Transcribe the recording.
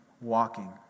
walking